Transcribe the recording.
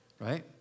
right